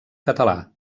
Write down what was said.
català